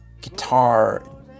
guitar